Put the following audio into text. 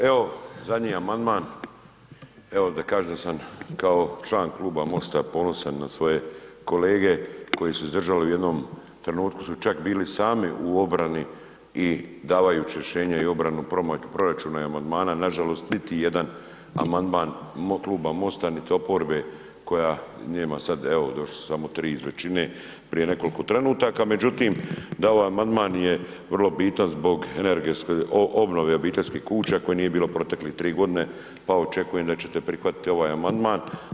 Evo zadnji amandman, evo da kažem da sam kao član kluba MOST-a ponosan na svoje kolege koji su izdržali, u jednom trenutku su čak bili sami u obrani i davajući rješenja i obranu proračuna i amandmana, nažalost niti jedan amandman kluba MOST-a niti oporbe koja nema sad, evo došla su samo 3 iz većine, prije nekoliko trenutaka, međutim da ovaj amandman je vrlo bitan zbog energetske obnove obiteljskih kuća kojih nije bilo protekle 3 g. pa očekujem da ćete prihvatiti ovaj amandman.